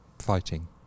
fighting